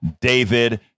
David